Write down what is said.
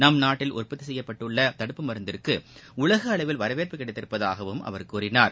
நம் நாட்டில் உற்பத்தி செய்யப்தப்பட்டுள்ள தடுப்பு முருந்திற்கு உலக அளவில் வரவேற்பு கிடைத்திருப்பதாகவும் அவர் கூறினார்